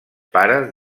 pares